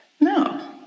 No